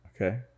Okay